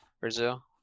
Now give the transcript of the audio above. Brazil